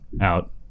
out